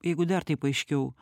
jeigu dar taip aiškiau